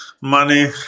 Money